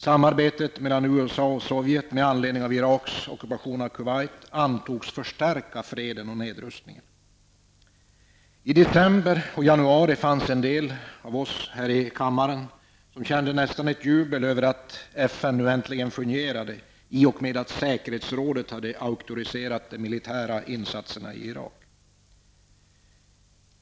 Samarbetet mellan USA och Sovjet med anledning av Iraks occupation av Kuwait antogs förstärka freden och nedrustningen. I december och januari kände en del av oss här i kammaren nästan en känsla av jubel över att FN nu äntligen fungerade i och med att säkerhetsrådet hade auktoriserat de militära insatserna i Irak.